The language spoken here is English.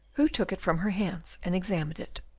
who took it from her hands and examined it.